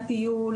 הטיול,